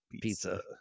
Pizza